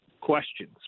questions